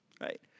right